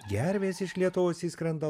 gervės iš lietuvos išskrenda